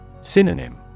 Synonym